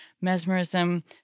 mesmerism